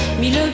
mille